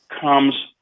comes